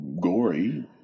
gory